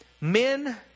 Men